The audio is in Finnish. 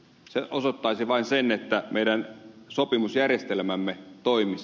se osoittaisi vain sen että meidän sopimusjärjestelmämme toimisi